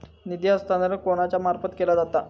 निधी हस्तांतरण कोणाच्या मार्फत केला जाता?